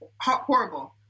horrible